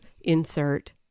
insert